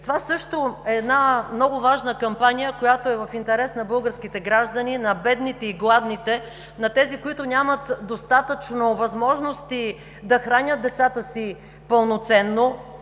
Това също е много важна кампания, която е в интерес на българските граждани, на бедните и гладните, на тези, които нямат достатъчно възможности да хранят децата си пълноценно.